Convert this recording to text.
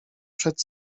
przed